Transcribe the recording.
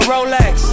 Rolex